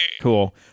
Cool